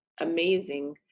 amazing